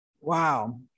Wow